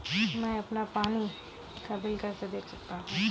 मैं अपना पानी का बिल कैसे देख सकता हूँ?